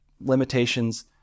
limitations